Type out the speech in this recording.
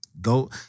go